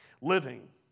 living